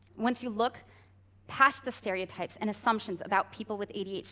once you look past the stereotypes and assumptions about people with adhd,